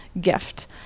gift